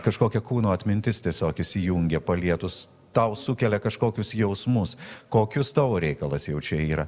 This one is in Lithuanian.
kažkokia kūno atmintis tiesiog įsijungia palietus tau sukelia kažkokius jausmus kokius tavo reikalas jau čia yra